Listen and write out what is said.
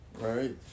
Right